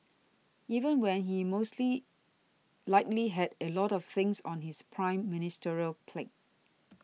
even when he mostly likely had a lot of things on his Prime Ministerial plate